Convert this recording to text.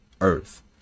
Earth